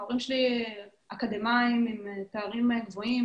ההורי שלי אקדמאים עם תארים גבוהים,